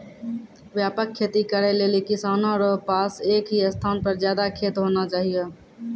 व्यापक खेती करै लेली किसानो रो पास एक ही स्थान पर ज्यादा खेत होना चाहियो